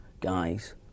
guys